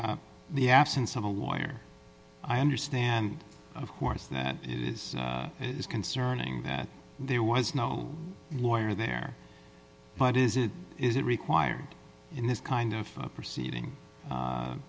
the absence of a lawyer i understand of course that is concerning that there was no lawyer there but is it is it required in this kind of proceeding u